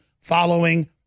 following